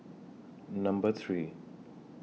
Number three